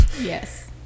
Yes